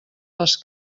les